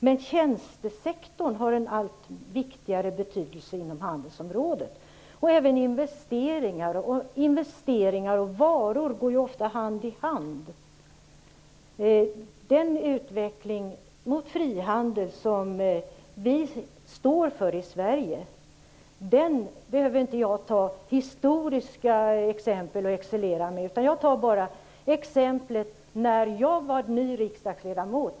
Men tjänstesektorn får en allt större betydelse inom handelsområdet liksom även investeringar, och investeringar och varor går ju ofta hand i hand. När det gäller den utveckling mot frihandel som vi står inför i Sverige behöver jag inte excellera med historiska exempel, utan jag tar bara exemplet när jag var ny riksdagsledamot.